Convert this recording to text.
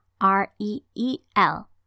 R-E-E-L